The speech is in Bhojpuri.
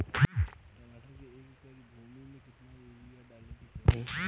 टमाटर के एक एकड़ भूमि मे कितना यूरिया डाले के चाही?